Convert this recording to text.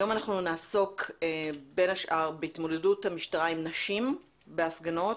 היום אנחנו נעסוק בין השאר בהתמודדות המשטרה עם נשים בהפגנות